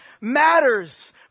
matters